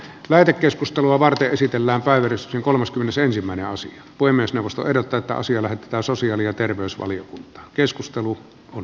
lähetekeskustelua varten esitellään päivitys kolmaskymmenesensimmäinen on se voi myös neuvosto eroteta asia lähetetään sosiaali ja terveysvaliokunta keskustelu on